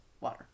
water